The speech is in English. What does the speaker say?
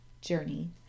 journey